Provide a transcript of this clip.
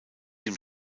dem